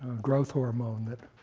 growth hormone that